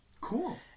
cool